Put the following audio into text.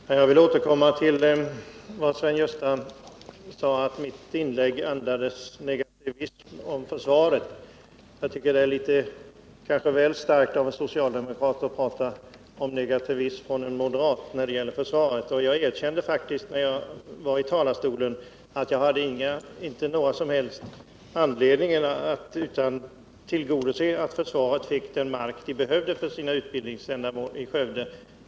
Herr talman! Jag vill återkomma till vad Sven-Gösta Signell sade om att mitt inlägg andades negativism mot försvaret. Det är litet väl starkt av en socialdemokrat att tala om negativism från en moderat när det gäller försvaret. Jag erkände faktiskt i talarstolen att jag inte såg någon som helst anledning att inte tillgodose försvarets behov av mark i Skövde för utbildningsändamål.